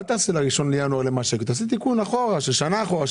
אל תעשה תיקון ל-1 בינואר אלא תעשה תיקון אחורה של שנה אחורה,